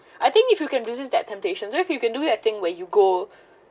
I think if you can resist that temptation so if you can do that thing where you go